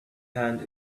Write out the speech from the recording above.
hand